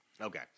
Okay